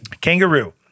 Kangaroo